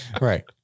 Right